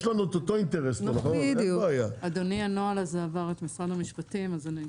יש לנו את אותו אינטרס ממשרד המשפטים - יש אישור.